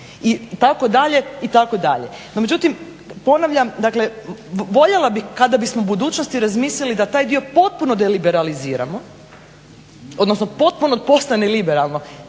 itd. itd. No međutim, ponavljam dakle voljela bih kada bismo u budućnosti razmislili da taj dio potpuno deliberaliziramo, odnosno potpuno postane liberalno